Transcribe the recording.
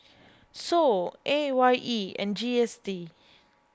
Sou A Y E and G S T